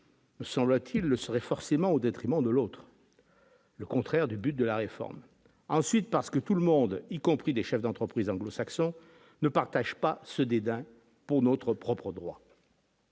Me semble-t-il le serait forcément au détriment de l'autre, le contraire du but de la réforme, ensuite parce que tout le monde, y compris des chefs d'entreprises anglo-saxon ne partage pas ce dédain pour notre propre droit.